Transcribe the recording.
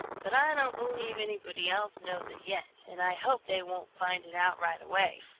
but i don't believe anybody else knows it yet, and i hope they won't find it out right away,